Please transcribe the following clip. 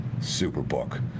Superbook